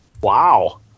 wow